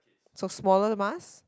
so smaller mask